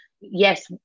yes